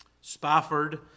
Spafford